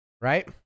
Right